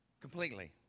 Completely